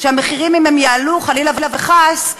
שהמחירים אם הם יעלו חלילה וחס,